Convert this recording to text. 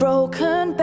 Broken